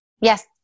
Yes